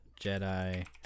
Jedi